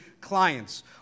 clients